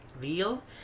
real